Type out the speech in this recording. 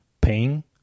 paying